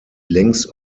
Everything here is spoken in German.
längs